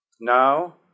Now